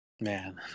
Man